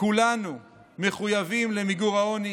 כולנו מחויבים למיגור העוני,